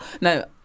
No